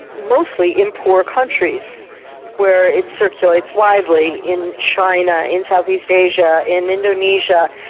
mostly in poor countries where it circulates widely, in china, in south east asia, in indonesia,